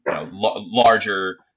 larger